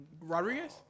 Rodriguez